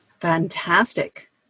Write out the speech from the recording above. Fantastic